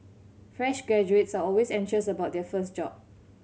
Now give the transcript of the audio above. fresh graduates are always anxious about their first job